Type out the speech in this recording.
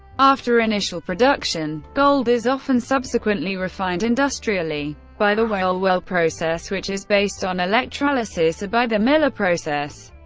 after initial production, gold is often subsequently refined industrially by the wohlwill process which is based on electrolysis or by the miller process,